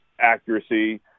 accuracy